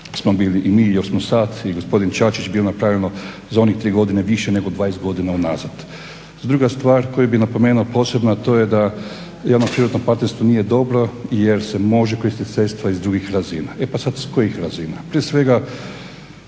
smo bili i mi još smo sada i gospodin Čačić bio napravljeno za onih tri godine više nego 20 godina unazad. Druga stvar koju bih napomenuo posebno a to je da javno-privatno partnerstvo nije dobro jer se može koristiti sredstva iz drugih razina. E pa sada iz kojih razina?